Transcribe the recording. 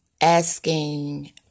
asking